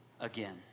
again